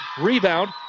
Rebound